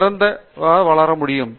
பேராசிரியர் பிரதாப் ஹரிதாஸ் சரி நல்லது